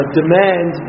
demand